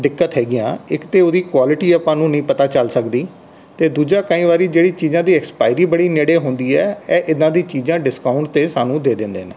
ਦਿੱਕਤ ਹੈਗੀਆਂ ਇੱਕ ਤਾਂ ਉਹਦੀ ਕੁਆਲਿਟੀ ਆਪਾਂ ਨੂੰ ਨਹੀਂ ਪਤਾ ਚੱਲ ਸਕਦੀ ਅਤੇ ਦੂਜਾ ਕਈ ਵਾਰੀ ਜਿਹੜੀ ਚੀਜ਼ਾਂ ਦੀ ਐਕਸਪਾਇਰੀ ਬੜੀ ਨੇੜੇ ਹੁੰਦੀ ਹੈ ਇਹ ਇੱਦਾਂ ਦੀ ਚੀਜ਼ਾਂ ਡਿਸਕਾਊਂਟ 'ਤੇ ਸਾਨੂੰ ਦੇ ਦਿੰਦੇ ਨੇ